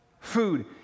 food